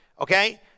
okay